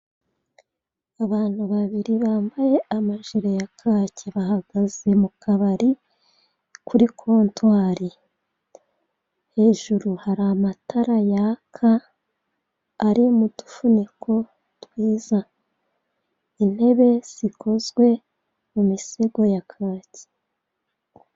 Abantu babiri bambaye amajire ya kaki bahagaze mu kabari kuri kontwari. Hejuru hari amatara yaka, ari mu dufuniko twiza, intebe zikozwe mu misego ya kaki.